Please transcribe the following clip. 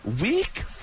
Week